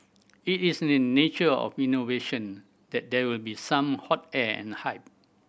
it is in the nature of innovation that there will be some hot air and hype